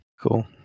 Cool